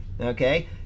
Okay